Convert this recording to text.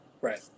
Right